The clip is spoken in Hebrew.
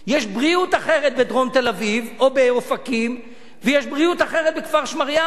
יש בריאות אחרת בדרום תל-אביב או באופקים ויש בריאות אחרת בכפר-שמריהו.